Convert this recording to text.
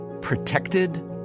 protected